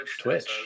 Twitch